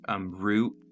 Root